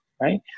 right